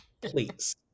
Please